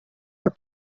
are